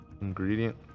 ingredient-